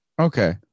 okay